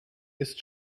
ist